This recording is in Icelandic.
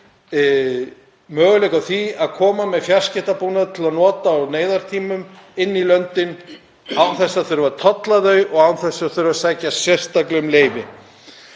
möguleika á því að koma með fjarskiptabúnað til að nota á neyðartímum inn í löndin án þess að þurfa að tolla þau og án þess að þurfa að sækja sérstaklega um leyfi.